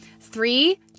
three